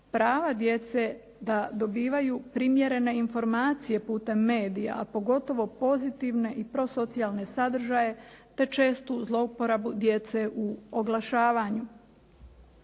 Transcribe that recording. prava djece da dobivaju primjerene informacije putem medija, a pogotovo pozitivne i prosocijalne sadržaje te čestu zlouporabu djece u oglašavanju.